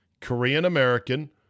Korean-American